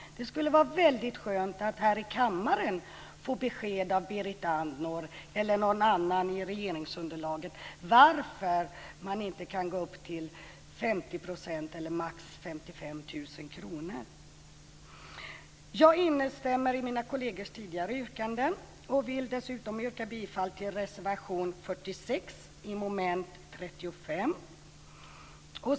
Det skulle vara väldigt skönt att här i kammaren få besked av Berit Andnor eller någon annan i regeringsunderlaget varför man inte kan gå upp till 50 % eller max 55 000 kr. Jag instämmer i mina kollegers tidigare yrkanden och yrkar dessutom bifall till reservation 46 i mom. 35.